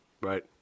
right